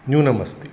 न्यूनमस्ति